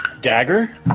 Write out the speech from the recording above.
Dagger